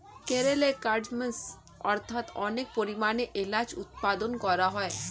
কেরলে কার্ডমমস্ অর্থাৎ অনেক পরিমাণে এলাচ উৎপাদন করা হয়